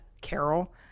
Carol